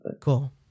Cool